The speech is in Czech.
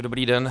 Dobrý den.